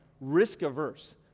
risk-averse